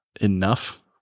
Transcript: enough